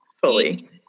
Fully